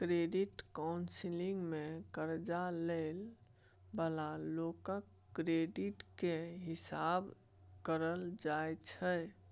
credit counselling मे कर्जा लइ बला लोकक क्रेडिट केर हिसाब कएल जाइ छै